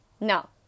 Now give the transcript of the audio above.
No